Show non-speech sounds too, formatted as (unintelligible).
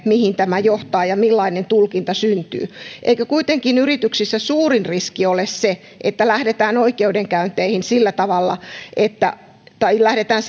mihin tämä johtaa ja millainen tulkinta syntyy eikö kuitenkin yrityksissä suurin riski ole se että lähdetään oikeudenkäynteihin sillä tavalla tai lähdetään (unintelligible)